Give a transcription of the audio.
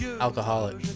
alcoholic